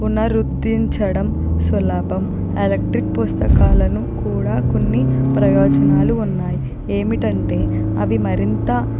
పునరుద్దరించడం సులభం ఎలక్ట్రిక్ పుస్తకాలను కూడా కొన్ని ప్రయోజనాలు ఉన్నాయి ఏమిటంటే అవి మరింత